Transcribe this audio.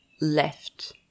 left